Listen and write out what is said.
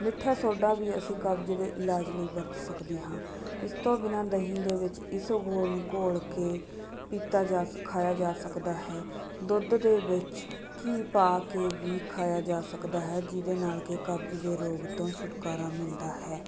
ਮਿੱਠਾ ਸੋਡਾ ਵੀ ਅਸੀਂ ਕਬਜ਼ ਦੇ ਇਲਾਜ ਲਈ ਵਰਤ ਸਕਦੇ ਹਾਂ ਇਸ ਤੋਂ ਬਿਨਾਂ ਦਹੀਂ ਦੇ ਵਿੱਚ ਇਸਬਗੋਲ ਨੂੰ ਘੋਲ ਕੇ ਪੀਤਾ ਜਾ ਖਾਇਆ ਜਾ ਸਕਦਾ ਹੈ ਦੁੱਧ ਦੇ ਵਿੱਚ ਘੀ ਪਾ ਕੇ ਵੀ ਖਾਇਆ ਜਾ ਸਕਦਾ ਹੈ ਜਿਹਦੇ ਨਾਲ ਕਿ ਕਬਜ਼ ਦੇ ਰੋਗ ਤੋਂ ਛੁਟਕਾਰਾ ਮਿਲਦਾ ਹੈ